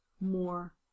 more